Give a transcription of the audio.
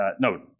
no